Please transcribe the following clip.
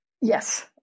yes